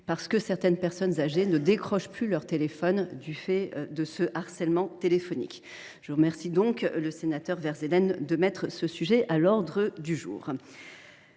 parce que certaines personnes âgées ne décrochent plus leur téléphone du fait de ce harcèlement. Je remercie donc le sénateur Verzelen de mettre ce sujet à l’ordre du jour.